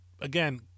again